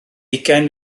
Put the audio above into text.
ugain